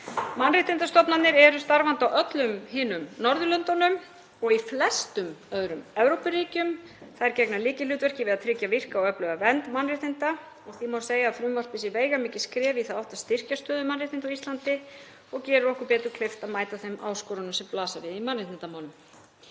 Mannréttindastofnanir eru þegar starfandi á öllum hinum Norðurlöndunum og í flestum öðrum Evrópuríkjum og gegna lykilhlutverki við að tryggja virka og öfluga vernd mannréttinda. Því má segja að frumvarpið sé því veigamikið skref í þá átt að styrkja stöðu mannréttinda á Íslandi og gerir okkur betur kleift að mæta þeim áskorunum sem blasa við í mannréttindamálum.